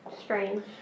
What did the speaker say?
Strange